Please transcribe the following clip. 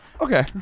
okay